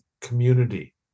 community